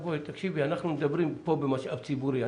תקשיבי, אנחנו מדברים כאן במשאב ציבורי.